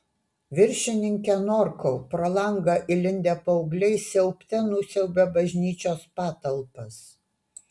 viršininke norkau pro langą įlindę paaugliai siaubte nusiaubė bažnyčios patalpas